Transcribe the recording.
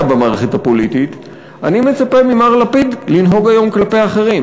במערכת הפוליטית אני מצפה ממר לפיד לנהוג היום כלפי אחרים.